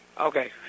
Okay